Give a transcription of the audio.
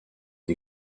une